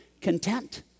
content